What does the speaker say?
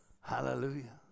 hallelujah